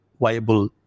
viable